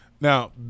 now